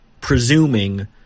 presuming